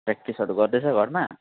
प्रेक्टिसहरू गर्दैछ घरमा